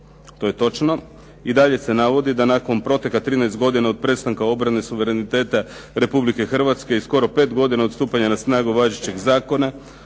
evo konačno je došla pravda da nakon 13 godina od prestanka obrane suvereniteta Republike Hrvatske i skoro pet godina od stupanja na snagu važećeg zakona